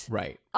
right